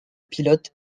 pilotes